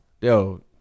Yo